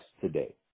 today